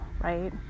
right